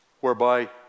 whereby